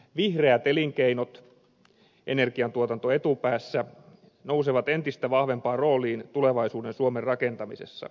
vihreät elinkeinot energiantuotanto etupäässä nousevat entistä vahvempaan rooliin tulevaisuuden suomen rakentamisessa